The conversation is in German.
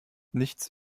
nichts